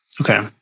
Okay